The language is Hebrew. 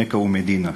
למכה ומדינה.